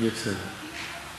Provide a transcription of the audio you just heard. יהיה בסדר.